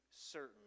certain